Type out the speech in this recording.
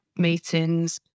Meetings